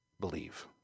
believe